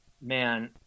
man